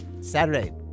Saturday